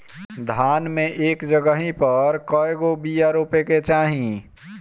धान मे एक जगही पर कएगो बिया रोपे के चाही?